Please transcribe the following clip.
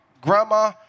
grandma